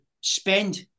spend